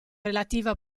relativa